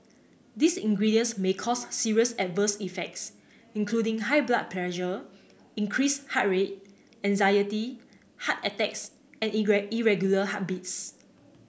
these ingredients may cause serious adverse effects including high blood pressure increased heart rate anxiety heart attacks and irregular heartbeats